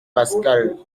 pascal